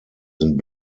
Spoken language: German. sind